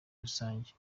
rusange